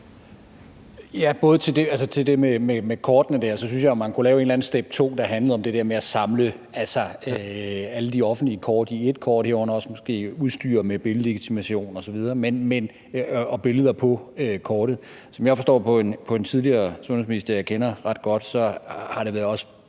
til det der med kortene synes jeg jo, at man kunne lave et eller andet step to, der handlede om at samle alle de offentlige kort i ét kort, herunder måske også udstyre dem med billedlegitimation, billeder på kortet, osv., og som jeg forstår på en tidligere sundhedsminister, jeg kender ret godt, har der også